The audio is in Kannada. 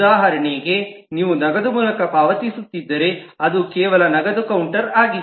ಉದಾಹರಣೆಗೆ ನೀವು ನಗದು ಮೂಲಕ ಪಾವತಿಸುತ್ತಿದ್ದರೆ ಅದು ಕೇವಲ ನಗದು ಕೌಂಟರ್ ಆಗಿದೆ